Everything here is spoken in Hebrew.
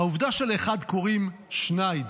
העובדה שלאחד קוראים שנייד